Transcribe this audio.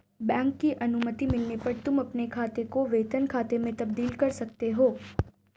bank की अनुमति मिलने पर तुम अपने खाते को वेतन खाते में तब्दील कर सकते हो